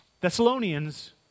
Thessalonians